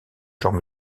genre